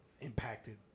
impacted